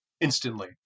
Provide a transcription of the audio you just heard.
instantly